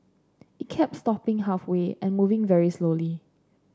it kept stopping halfway and moving very slowly